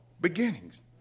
beginnings